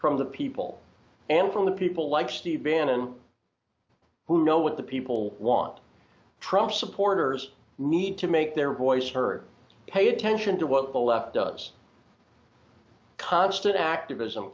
from the people and from the people like steve bannon who know what the people want trump supporters need to make their voice heard pay attention to what the left does constant activism